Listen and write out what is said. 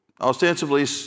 Ostensibly